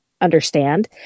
understand